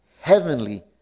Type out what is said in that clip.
heavenly